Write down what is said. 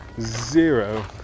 Zero